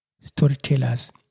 storytellers